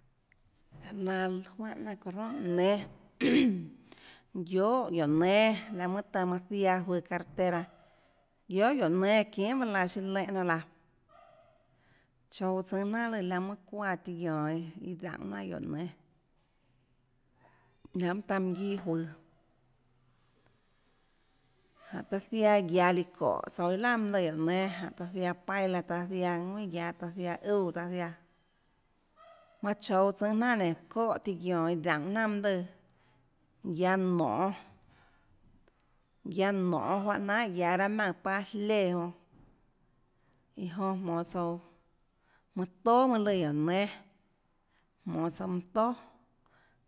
Laå laã juánhã jnanà çounã ronà mánhå nénâ guiohà guióå nénâ laå mønâ taã maã ziaã juøå carretera guiohà guióå nénâ çinhà paâ laãsiâlénhã jnanà laã chouå tsùâ jnanà lùã laå mønâ çuáã tiã guiónå iã daúnhå jnanà guióå nénâ lahâ mønâ taã manã guiâ juøå jánhå taã ziaã guiaå líã çóhå tsouã iâ laà mønâ lùã guióå nénâ jánhå taã ziaã paila taã ziaã ðuinà guiaå taã ziaãúã taã ziaã manã tsouå tsùnâ jnanà nénå ðóhã tiã guiónå iã daúnhå jnanà mønã lùã guiaå nonê guiaå nonê juáhå jnanà guiaå raâ maùnã paâ léã jonã iã jonã jonå tsouã mønã tóà mønâ lùã guióå nénâ jmonå tsouã mønã tóà mønã tóà